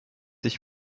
ich